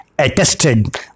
attested